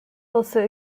also